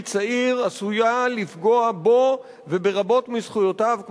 צעיר עשויה לפגוע בו וברבות מזכויותיו,